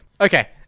Okay